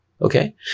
Okay